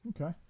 Okay